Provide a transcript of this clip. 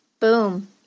Boom